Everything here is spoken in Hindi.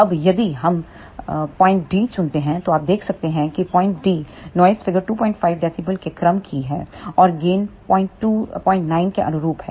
अब यदि हम पॉइंट D चुनते हैं तो आप देख सकते हैं कि पॉइंटD नॉइज़ फ़िगर 25 dB के क्रम की है और गेन09 के अनुरूप है